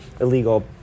illegal